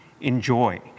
enjoy